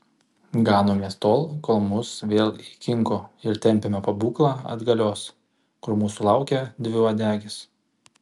ganomės tol kol mus vėl įkinko ir tempiame pabūklą atgalios kur mūsų laukia dviuodegis